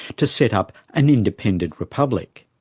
to set up an independent republic.